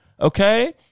Okay